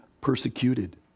persecuted